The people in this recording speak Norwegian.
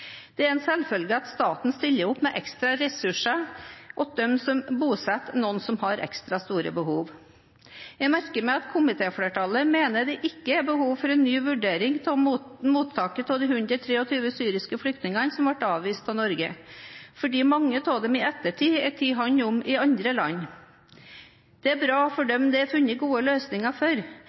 Det er en selvfølge at staten stiller opp med ekstra ressurser til dem som bosetter noen som har ekstra store behov. Jeg merker meg at komitéflertallet mener det ikke er behov for en ny vurdering av mottaket av de 123 syriske flyktningene som ble avvist av Norge, fordi mange av dem i ettertid er tatt hånd om i andre land. Det er bra for dem det er funnet gode løsninger for,